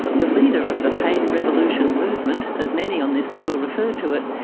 the leader of the pain revolution movement, as many on this tour refer to it,